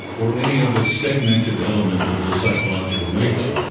or any other segmented element of their psychological makeup.